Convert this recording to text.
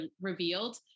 revealed